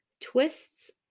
twists